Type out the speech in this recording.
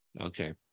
Okay